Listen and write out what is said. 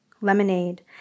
Lemonade